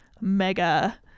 mega